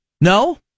No